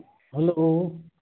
hello